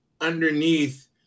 underneath